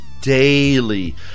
Daily